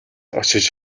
очиж